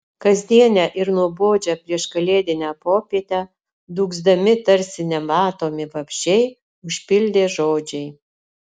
kasdienę ir nuobodžią prieškalėdinę popietę dūgzdami tarsi nematomi vabzdžiai užpildė žodžiai